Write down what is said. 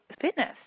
fitness